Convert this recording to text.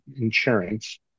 insurance